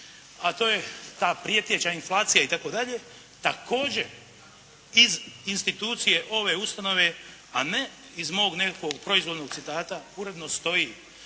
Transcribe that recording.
a to je ta prijeteća inflacija itd. Također iz institucije ove ustanove a ne iz mog nekakvog proizvoljnog citata uredno stoji